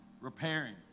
repairing